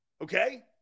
Okay